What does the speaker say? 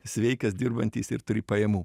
sveikas dirbantis ir turi pajamų